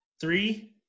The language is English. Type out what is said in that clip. Three